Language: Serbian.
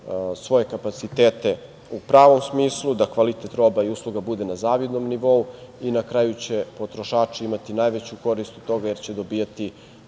svoje kapacitete u pravom smislu, da kvalitet roba i usluga bude na zavidnom nivou i na kraju će potrošači imati najveću korist od toga jer će dobijati